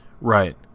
right